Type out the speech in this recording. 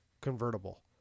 convertible